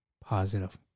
positive